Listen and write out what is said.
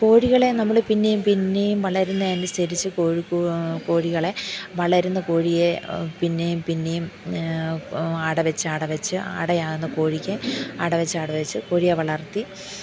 കോഴികളെ നമ്മൾ പിന്നെയും പിന്നെയും വളരുന്നത് അനുസരിച്ചു കോഴി കോഴികളെ വളരുന്ന കോഴിയെ പിന്നെയും പിന്നെയും അടവച്ചു അടവച്ചു അടയാകുന്ന കോഴിക്ക് അടവച്ചു അടവച്ചു കോഴിയെ വളർത്തി